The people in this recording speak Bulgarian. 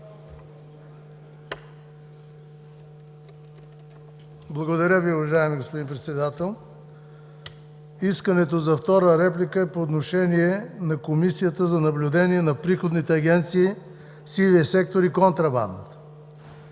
Благодаря Ви, уважаеми господин Председател. Искането за втора реплика е по отношение на Комисията за наблюдение на приходните агенции в сивия сектор и контрабандата.